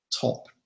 top